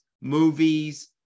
movies